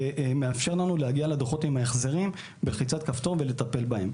מאפשר לנו להגיע לדוחות עם ההחזרים בלחיצת כפתור ולטפל בהם.